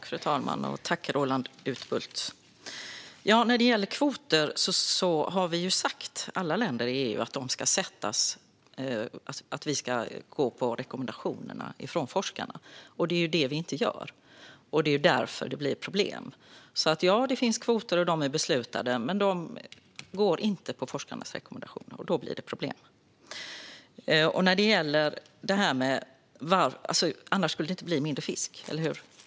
Fru talman! Tack, Roland Utbult! När det gäller kvoter har alla länder i EU sagt att man ska gå på rekommendationer från forskarna. Det är ju det vi inte gör. Det är därför som det blir problem. Ja. Det finns kvoter som är beslutade, men man går inte på forskarnas rekommendationer, och då blir det problem. Annars skulle det inte bli mindre fisk.